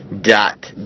Dot